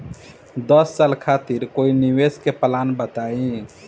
दस साल खातिर कोई निवेश के प्लान बताई?